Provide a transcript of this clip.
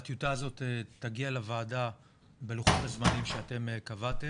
והטיוטה הזאת תגיע לוועדה בלוחות הזמנים שאתם קבעתם.